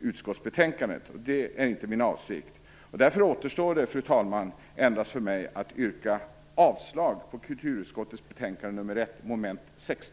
utskottsbetänkandet, och det är inte min avsikt. Därför återstår det, fru talman, endast för mig att yrka avslag på kulturutskottets betänkande nr 1 mom. 60.